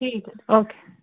ਠੀਕ ਹੈ ਓਕੇ